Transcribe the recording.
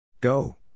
Go